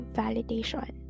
validation